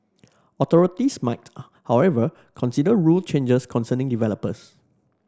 authorities might however consider rule changes concerning developers